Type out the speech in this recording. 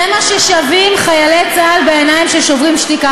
זה מה ששווים חיילי צה"ל בעיניהם של "שוברים שתיקה".